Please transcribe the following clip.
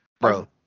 Bro